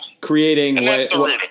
creating